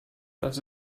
das